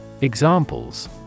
Examples